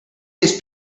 his